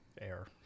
Air